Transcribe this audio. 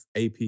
AP